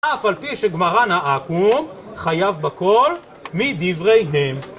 אף על פי שגמרן העכו"ם חייב בכל מדבריהם